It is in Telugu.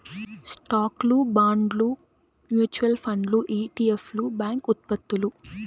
స్టాక్లు, బాండ్లు, మ్యూచువల్ ఫండ్లు ఇ.టి.ఎఫ్లు, బ్యాంక్ ఉత్పత్తులు